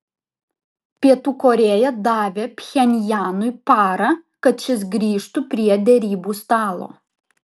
pietų korėja davė pchenjanui parą kad šis grįžtų prie derybų stalo